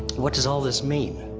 what does all this mean?